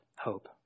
Hope